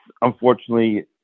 unfortunately